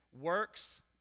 works